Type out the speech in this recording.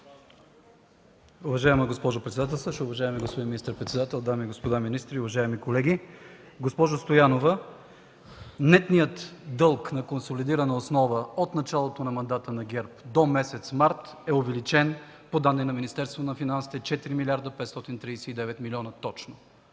Уважаема госпожо председател, уважаеми господин министър-председател, дами и господа министри, уважаеми колеги! Госпожо Стоянова, нетният дълг на консолидирана основа от началото на мандата на ГЕРБ до месец март е увеличен – по данни на Министерството на финансите, 4 млрд. 539 млн. лв. точно.